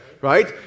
right